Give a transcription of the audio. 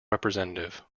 representative